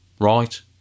Right